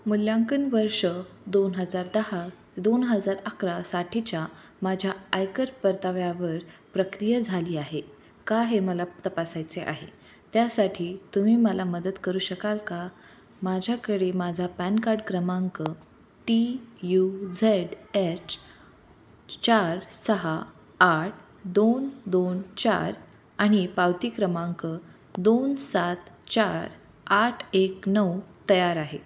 मूल्यांकन वर्ष दोन हजार दहा दोन हजार अकरासाठीच्या माझ्या आयकर परताव्यावर प्रक्रिया झाली आहे का हे मला तपासायचे आहे त्यासाठी तुम्ही मला मदत करू शकाल का माझ्याकडे माझा पॅन कार्ड क्रमांक टी यू झेड एच चार सहा आठ दोन दोन चार आणि पावती क्रमांक दोन सात चार आठ एक नऊ तयार आहे